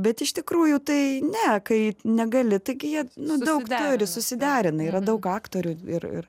bet iš tikrųjų tai ne kai negali taigi jie daug turi susiderina yra daug aktorių ir